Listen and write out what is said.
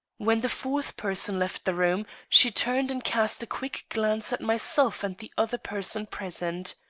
when the fourth person left the room, she turned and cast a quick glance at myself and the other person present.